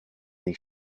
dir